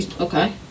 Okay